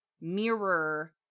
mirror